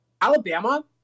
Alabama